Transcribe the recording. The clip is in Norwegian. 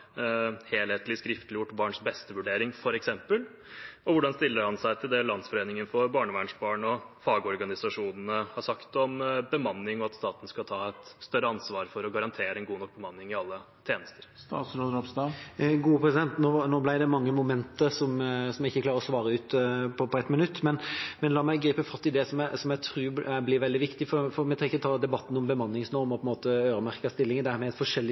helhetlig skriftliggjort barns beste-vurdering. Og hvordan stiller han seg til det Landsforeningen for barnevernsbarn og fagorganisasjonene har sagt om bemanning og at staten skal ta et større ansvar for å garantere en god nok bemanning i alle tjenester? Nå ble det mange momenter som jeg ikke klarer å svare ut på ett minutt, men la meg gripe fatt i det jeg tror blir veldig viktig. Vi trenger ikke å ta debatten om bemanningsnorm og øremerkede stillinger, for der har vi et forskjellig syn. Vi er begge enige om at det trengs et